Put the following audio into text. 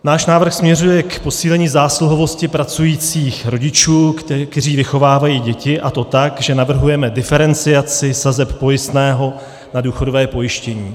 Náš návrh směřuje k posílení zásluhovosti pracujících rodičů, kteří vychovávají děti, a to tak, že navrhujeme diferenciaci sazeb pojistného na důchodové pojištění.